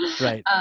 Right